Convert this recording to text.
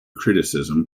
criticism